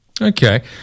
Okay